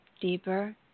deeper